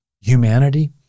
humanity